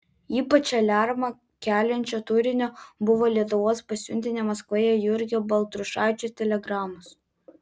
ypač aliarmą keliančio turinio buvo lietuvos pasiuntinio maskvoje jurgio baltrušaičio telegramos